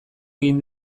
egin